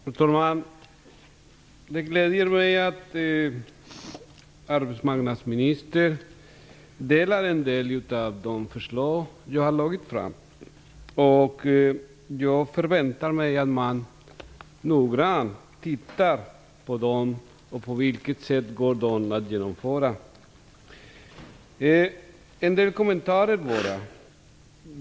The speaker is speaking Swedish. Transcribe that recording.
Fru talman! Det gläder mig att arbetsmarknadsministern delar min syn när det gäller en del av de förslag som jag har lagt fram. Jag förväntar mig att man noggrant tittar på dem och ser på vilket sätt de går att genomföra. En del kommentarer bara.